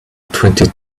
twenty